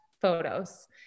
photos